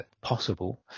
possible